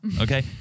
okay